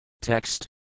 text